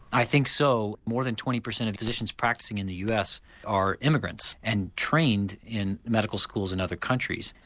i think so, more than twenty percent of physicians practising in the us are immigrants and trained in medical schools in other countries.